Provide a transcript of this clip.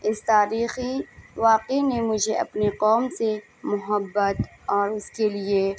اس تاریخی واقعے نے مجھے اپنے قوم سے محبت اور اس کے لیے